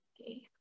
Okay